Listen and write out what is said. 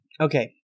Okay